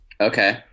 okay